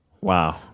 Wow